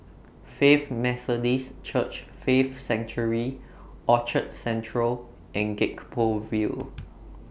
Faith Methodist Church Faith Sanctuary Orchard Central and Gek Poh Ville